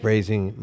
Raising